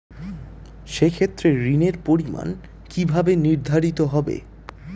সে ক্ষেত্রে ঋণের পরিমাণ কিভাবে নির্ধারিত হবে?